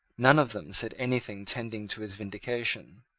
none of them said anything tending to his vindication.